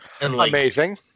Amazing